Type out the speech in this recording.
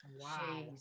Wow